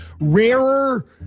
rarer